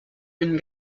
une